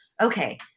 okay